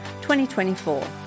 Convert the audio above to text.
2024